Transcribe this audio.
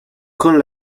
con